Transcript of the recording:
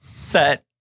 set